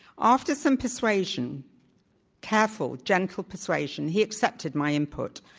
after some persuasion careful, gentle persuasion, he accepted my input.